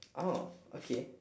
ah okay